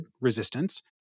resistance